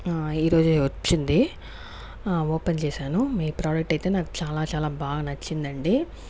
ఈ రోజే వచ్చింది ఓపెన్ చేశాను మీ ప్రోడక్ట్ అయితే నాకు చాలా చాలా బాగా నచ్చిందండి